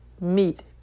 meet